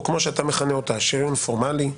או כמו שאתה מכנה אותה שריון פורמלי,